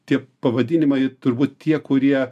tie pavadinimai turbūt tie kurie